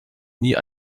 nie